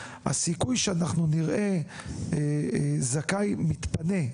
הסיכוי שאנחנו נראה זכאי מתפנה,